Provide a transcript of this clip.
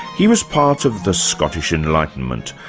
he was part of the scottish enlightenment,